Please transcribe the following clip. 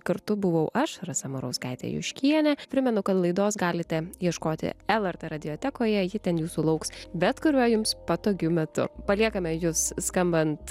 kartu buvau aš rasa murauskaitė juškienė primenu kad laidos galite ieškoti lrt radiotekoje ji ten jūsų lauks bet kuriuo jums patogiu metu paliekame jus skambant